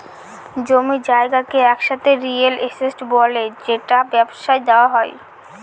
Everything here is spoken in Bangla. জমি জায়গাকে একসাথে রিয়েল এস্টেট বলে যেটা ব্যবসায় দেওয়া হয়